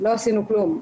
לא עשינו כלום.